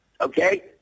okay